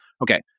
okay